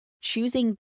choosing